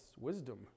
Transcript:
wisdom